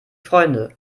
freunde